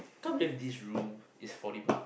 can't believe this room is forty buck